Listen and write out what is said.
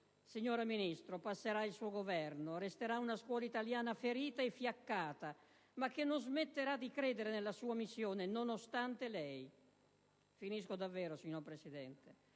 Signora Ministro, passerà il suo Governo; resterà una scuola italiana ferita e fiaccata, ma che non smetterà di credere nella sua missione, nonostante lei; resterà una scuola che crede nei